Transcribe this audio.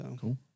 Cool